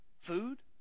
food